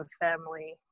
family